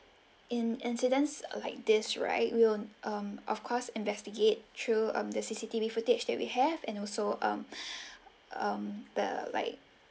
in incidents like this right we will um of course investigate through um the C_C_T_V footage that we have and also um um the like